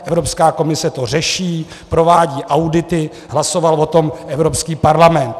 Evropská komise to řeší, provádí audity, hlasoval o tom Evropský parlament.